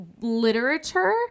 literature